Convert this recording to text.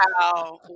Wow